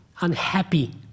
unhappy